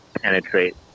penetrate